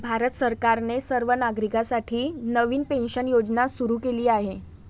भारत सरकारने सर्व नागरिकांसाठी नवीन पेन्शन योजना सुरू केली आहे